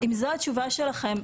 אם זו התשובה שלכם,